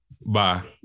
bye